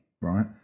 right